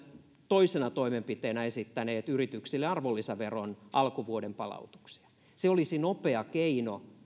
toisena toimenpiteenä esittäneet yrityksille alkuvuoden arvonlisäveron palautuksia se olisi nopea keino